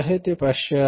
ते 500 आहेत